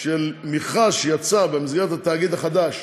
מכרז שיצא במסגרת התאגיד החדש,